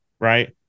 Right